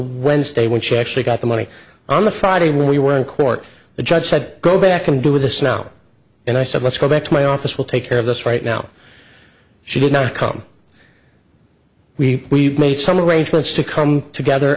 wednesday when she actually got the money on the friday when we were in court the judge said go back and do with this now and i said let's go back to my office will take care of this right now she did not come we made some arrangements to come together